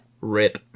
rip